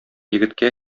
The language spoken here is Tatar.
егеткә